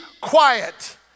quiet